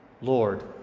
Lord